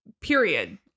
Period